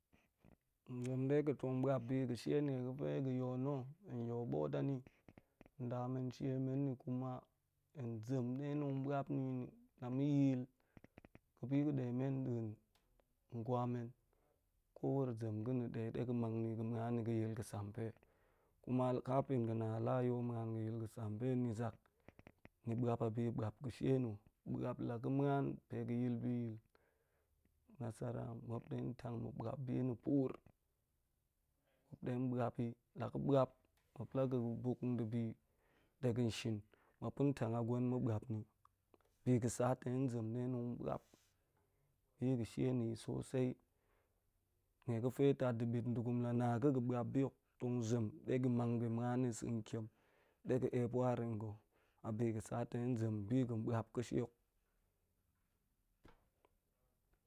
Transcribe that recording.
Hen zem ɗe ga̱ tong bua̱p bi ga̱ she na̱ nie ga̱fe ga̱ yo na̱ hen yo bua̱l ani, nda men she men ni kuma hen zem de tong bua̱p ni la ma̱ yil ga̱ bi ga̱ ɗe men da̱a̱n gwamen, ko wuro zem ga̱ na̱ ɗe de ga̱ mang ni ga̱ muan ni ga̱yi ga̱sampe, kuma kafin ga̱na la yol muan ga̱yi ga̱sampe ni zak ni buap a bi buap ga̱ she na̱ buap la ga̱ muan pe ga̱ yil bi yil, nasara mu de tang ma̱ bua̱p bi na̱ puur muap ɗe bua̱p pila ga̱ ɓuap, muap la ga̱ buk dibi ɗe ga̱n shir muap tong tank a gwen ma̱ bua̱pni. Biga̱ sa to hen zem ɗe tong bua̱p biga̱ she na̱ sosai, nie ga̱fe tat ɗa, bit degun lana ga̱ ga̱ bua̱p bi hok tong zem ɗe ga̱ mang ga̱ muan ni sen tiem ɗe ga̱ ep war yi nga̱ a bi ga̱ sa to hen zem bi ga̱ buap